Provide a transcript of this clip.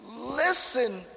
listen